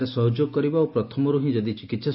ରେ ସହଯୋଗ କରିବା ଓ ପ୍ରଥମର୍ ହି ଯଦି ଚିକିସ୍